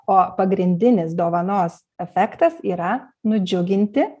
o pagrindinis dovanos efektas yra nudžiuginti